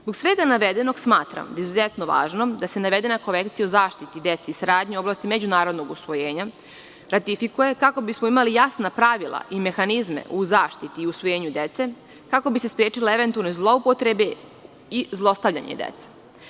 Zbog svega navedenog smatram da je izuzetno važno da se navedena Konvencija o zaštiti dece i saradnji u oblasti međunarodnog usvojenja ratifikuje, kako bismo imali jasna pravila i mehanizme u zaštiti i usvojenju dece, kako bi se sprečile eventualne zloupotrebe i zlostavljanja dece.